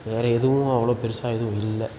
வேறு எதுவும் அவ்வளோ பெருசாக எதுவும் இல்லை